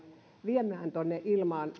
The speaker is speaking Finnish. viemään tuonne ilmaan